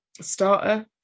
starter